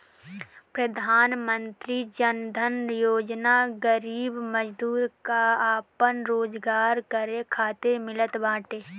प्रधानमंत्री जन धन योजना गरीब मजदूर कअ आपन रोजगार करे खातिर मिलत बाटे